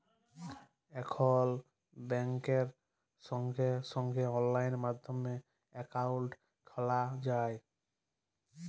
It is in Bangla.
এখল ব্যাংকে সঙ্গে সঙ্গে অললাইন মাধ্যমে একাউন্ট খ্যলা যায়